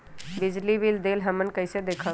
बिजली बिल देल हमन कईसे देखब?